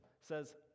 says